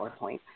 PowerPoint